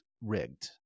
rigged